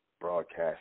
broadcast